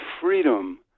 freedom